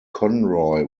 conroy